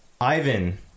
ivan